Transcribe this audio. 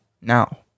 now